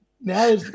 Now